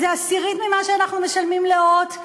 זה עשירית ממה שאנחנו משלמים ל"הוט",